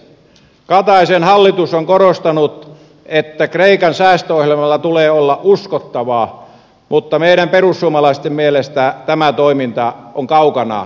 kataisen hallitus on korostanut että kreikan säästöohjelman tulee olla uskottava mutta meidän perussuomalaisten mielestä tämä toiminta on kaukana uskottavuudesta